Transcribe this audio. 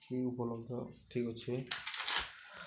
ଠିକ ଉପଲବ୍ଧ ଠିକ ଅଛି